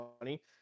money